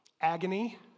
Agony